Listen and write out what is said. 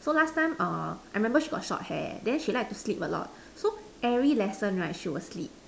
so last time err I remember she got short hair then she like to sleep a lot so every lesson right she will sleep